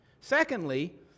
Secondly